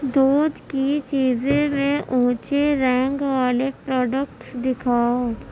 دودھ کی چیزیں میں اونچی رینک والے پروڈکٹس دکھاؤ